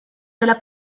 della